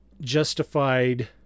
justified